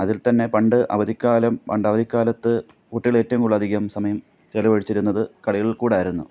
അതിൽ തന്നെ പണ്ട് അവധിക്കാലം പണ്ടവധിക്കാലത്ത് കുട്ടികൾ ഏറ്റവും കൂടുതലധികം സമയം ചിലവഴിച്ചിരുന്നത് കളികൾക്ക് കൂടെയായിരുന്നു